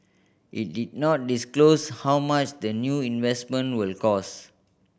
it did not disclose how much the new investment will cost